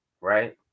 right